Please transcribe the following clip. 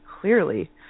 clearly